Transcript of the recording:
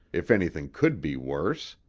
if anything could be worse!